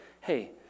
hey